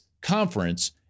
conference